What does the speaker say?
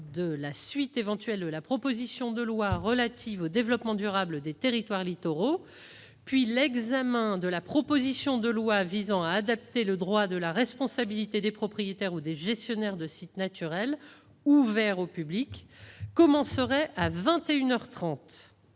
de la suite éventuelle de la proposition de loi relative au développement durable des territoires littoraux, puis l'examen de la proposition de loi visant à adapter le droit de la responsabilité des propriétaires ou des gestionnaires de sites naturels ouverts au public commenceraient à vingt